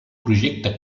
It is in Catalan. projecte